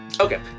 Okay